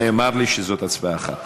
נאמר לי שזאת הצבעה אחת.